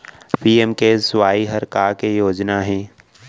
PMKSY हर का के योजना हे?